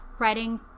writing